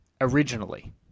originally